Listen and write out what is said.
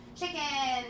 chicken